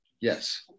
Yes